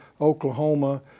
Oklahoma